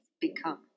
become